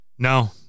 no